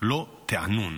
לא תענון".